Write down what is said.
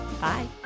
Bye